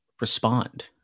respond